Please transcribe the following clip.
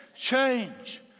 change